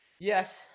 Yes